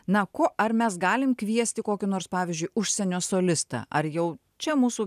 na kuo ar mes galim kviesti kokį nors pavyzdžiui užsienio solistą ar jau čia mūsų